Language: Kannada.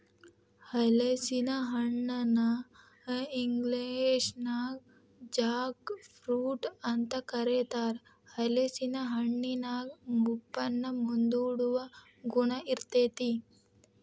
ಹಲಸಿನ ಹಣ್ಣನ ಇಂಗ್ಲೇಷನ್ಯಾಗ ಜಾಕ್ ಫ್ರೂಟ್ ಅಂತ ಕರೇತಾರ, ಹಲೇಸಿನ ಹಣ್ಣಿನ್ಯಾಗ ಮುಪ್ಪನ್ನ ಮುಂದೂಡುವ ಗುಣ ಇರ್ತೇತಿ